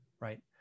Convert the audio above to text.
Right